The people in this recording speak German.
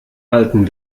halten